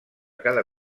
cada